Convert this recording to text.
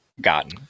gotten